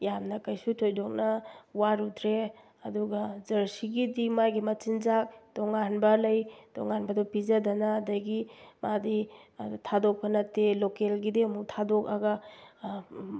ꯌꯥꯝꯅ ꯀꯩꯁꯨ ꯊꯣꯏꯗꯣꯛꯅ ꯋꯥꯔꯨꯗ꯭ꯔꯦ ꯑꯗꯨꯒ ꯖꯔꯁꯤꯒꯤꯗꯤ ꯃꯥꯒꯤ ꯃꯆꯤꯟꯖꯥꯛ ꯇꯣꯉꯥꯟꯕ ꯂꯩ ꯇꯣꯉꯥꯟꯕꯗꯣ ꯄꯤꯖꯗꯅ ꯑꯗꯒꯤ ꯃꯥꯗꯤ ꯊꯥꯗꯣꯛꯄ ꯅꯠꯇꯦ ꯂꯣꯀꯦꯜꯒꯤꯗꯤ ꯑꯃꯨꯛ ꯊꯥꯗꯣꯛꯑꯒ